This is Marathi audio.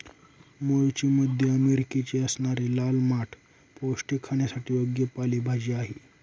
मूळची मध्य अमेरिकेची असणारी लाल माठ पौष्टिक, खाण्यासाठी योग्य पालेभाजी आहे